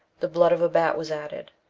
the blood of a bat was added,